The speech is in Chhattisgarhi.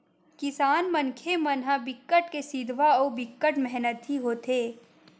किसान मनखे मन ह बिकट के सिधवा अउ बिकट मेहनती होथे